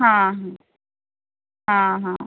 हां हां हां